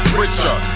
richer